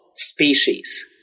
species